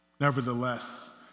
Nevertheless